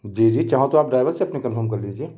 जी जी चाहो तो आप ड्राइवर से अपने कंफर्म कर लीजिए